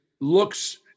looks